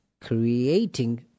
creating